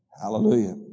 Hallelujah